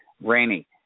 rainy